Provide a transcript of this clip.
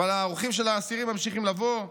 אבל האורחים של האסירים ממשיכים לבוא.